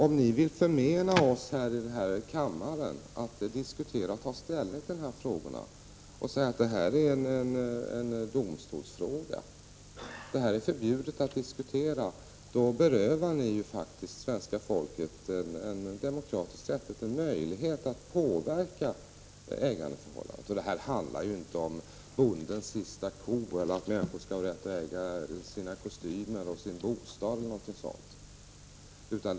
Om ni vill förmena oss att i denna kammare diskutera och ta ställning till dessa frågor och säga att detta är domstolsfrågor, att det är förbjudet att diskutera här, då berövar ni svenska folket en demokratisk rättighet, en möjlighet att påverka ägandeförhållandena. Det handlar inte om bondens sista ko eller att människor skall ha rätt att äga sina kostymer, sin bostad osv.